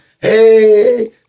Hey